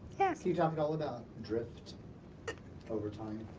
yes. you talked all about drift over time.